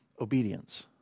obedience